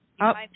up